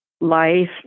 life